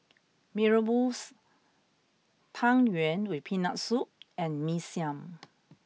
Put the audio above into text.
Mee Rebus Tang Yuen with peanut soup and Mee Siam